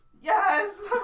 Yes